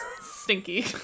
Stinky